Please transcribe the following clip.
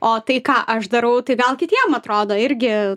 o tai ką aš darau tai gal kitiem atrodo irgi